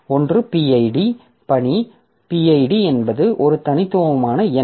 ஒன்று PID பணி PID என்பது ஒரு தனித்துவமான எண்